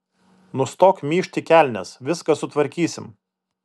nustok myžt į kelnes viską sutvarkysim